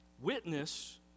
Witness